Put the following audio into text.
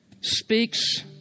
speaks